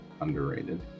Underrated